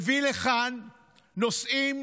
הוא מביא לכאן נושאיים